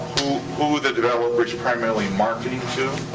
who the developer's primarily marketing to.